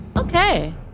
Okay